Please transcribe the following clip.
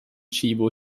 tchibo